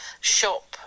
shop